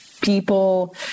People